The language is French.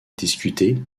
discutée